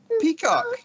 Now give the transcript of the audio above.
Peacock